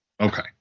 Okay